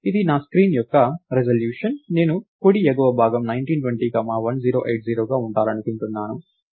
ఇది నా స్క్రీన్ యొక్క రిజల్యూషన్ నేను కుడి ఎగువ భాగం 1920 కామా 1080గా ఉండాలనుకుంటున్నాను